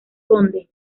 conde